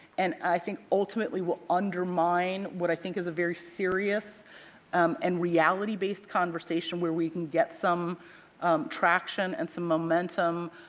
and i think ultimately will undermine what i think is a very serious um and reality-based conversation where we can get some traction and some momentum